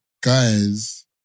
guys